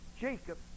Jacob